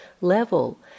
level